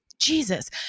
Jesus